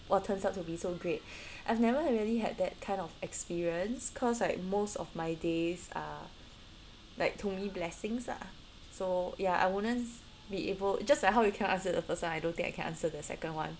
!wah! turns out to be so great I've never really had that kind of experience cause like most of my days are like told me blessings lah so ya I wouldn't be able just like how you cannot answer the first one I don't think I can answer the second one